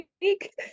week